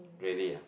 really ah